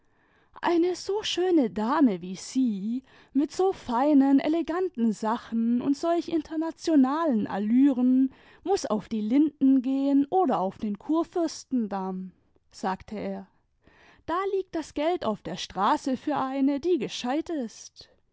eine so schöne dame wie sie mit so feinen eleganten sachen und solch internationalen allüren muß auf die linden gehen oder auf den kurfürstendanun sagte er da lieg das geld auf der straße für eine die gescheit ist